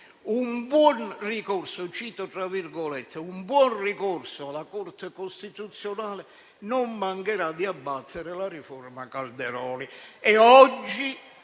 un buon ricorso alla Corte costituzionale non mancherà di abbattere la riforma Calderoli.